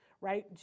right